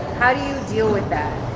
how do you deal with that?